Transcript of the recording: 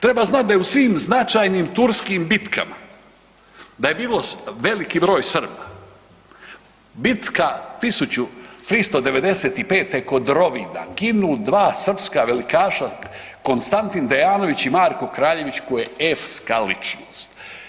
Treba znati da je u svim značajnim turskim bitkama da je bilo veliki broj Srba, bitka 1395.g. kod Rovina ginu dva srpska velikaša Konstantin Dejanović i Marko Kraljeveć koja je epska ličnost.